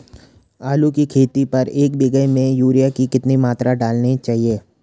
आलू की खेती पर एक बीघा में यूरिया की कितनी मात्रा डालनी चाहिए?